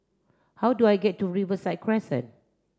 how do I get to Riverside Crescent